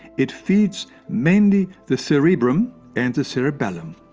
it feeds mainly the cerebrum and cerebellum.